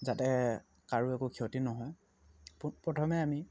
যাতে কাৰো একো ক্ষতি নহয় পোন প্ৰথমে আমি